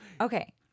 okay